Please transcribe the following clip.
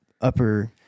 upper